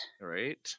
right